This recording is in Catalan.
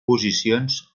posicions